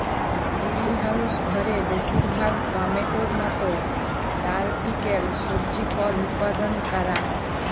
greenhouse ঘরে বেশিরভাগ টমেটোর মত টরপিক্যাল সবজি ফল উৎপাদল ক্যরা